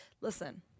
Listen